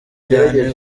cyane